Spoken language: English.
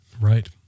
Right